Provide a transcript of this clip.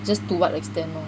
just to what extent lor